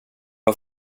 har